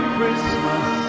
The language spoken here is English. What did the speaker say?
Christmas